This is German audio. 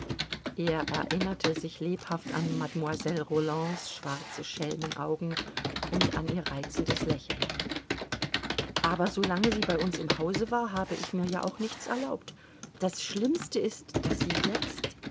er erinnerte sich lebhaft an mademoiselle rolands schwarze schelmenaugen und an ihr reizendes lächeln aber solange sie bei uns im hause war habe ich mir ja auch nichts erlaubt das schlimmste ist daß sie jetzt